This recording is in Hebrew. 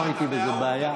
לא ראיתי בזה בעיה.